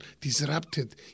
disrupted